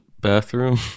bathroom